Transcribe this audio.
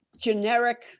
generic